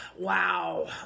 wow